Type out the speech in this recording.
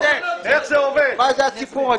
מה זה הסיפור הזה?